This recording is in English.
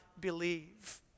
believe